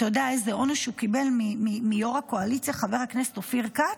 אתה יודע איזה עונש הוא קיבל מיו"ר הקואליציה חבר הכנסת אופיר כץ?